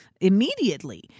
immediately